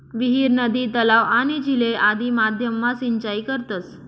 विहीर, नदी, तलाव, आणि झीले आदि माध्यम मा सिंचाई करतस